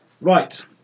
Right